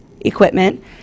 equipment